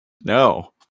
No